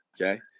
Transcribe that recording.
okay